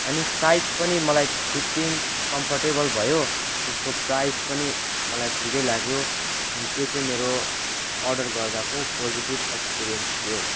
अनि साइज पनि मलाई फिटिङ कम्फोर्टेबल भयो त्यसको प्राइज पनि मलाई ठिकै लाग्यो अनि त्यो चाहिँ मेरो अर्डर गर्दाको पोजेटिभ एक्सपिरियन्स थियो